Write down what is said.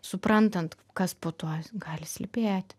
suprantant kas po tuo gali slypėti